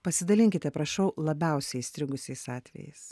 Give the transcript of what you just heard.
pasidalinkite prašau labiausiai įstrigusiais atvejais